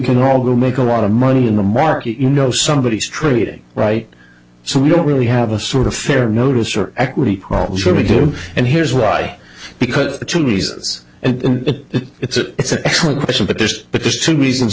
can all go make a lot of money in the market you know somebody is trading right so we don't really have a sort of fair notice or equity well sure we do and here's why because the two reasons and it's a it's an excellent question but there's but there's two reasons